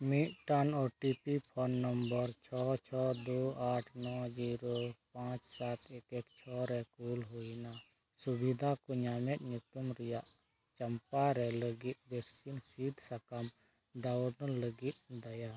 ᱢᱤᱫᱴᱟᱝ OTP phone number ᱪᱷᱚ ᱪᱷᱚ ᱫᱳ ᱟᱴ ᱱᱚᱭ ᱡᱤᱨᱳ ᱯᱟᱸᱪ ᱥᱟᱛ ᱮᱠ ᱮᱠ ᱪᱷᱚ ᱨᱮ ᱠᱩᱞ ᱦᱩᱭᱱᱟ ᱥᱩᱵᱤᱫᱟ ᱠᱚ ᱧᱟᱢᱮᱫ ᱧᱩᱛᱩᱢ ᱨᱮᱭᱟᱜ ᱪᱟᱢᱯᱟ ᱨᱮ ᱞᱟᱹᱜᱤᱫ ᱵᱷᱮᱠᱥᱤᱱ ᱥᱤᱫ ᱥᱟᱠᱟᱢ ᱰᱟᱣᱩᱱᱞᱳᱰ ᱞᱟᱹᱜᱤᱫ ᱫᱟᱭᱟ